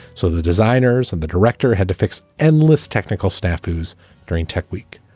so the designers and the director had to fix endless technical staff issues during tech week.